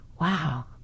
wow